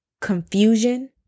confusion